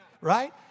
right